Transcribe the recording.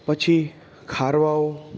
પછી ખારવાઓ